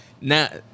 Now